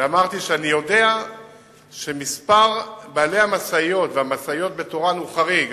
ואמרתי שאני יודע שמספר בעלי המשאיות והמשאיות בטורעאן הוא חריג.